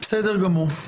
בסדר גמור.